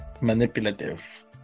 manipulative